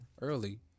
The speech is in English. early